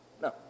No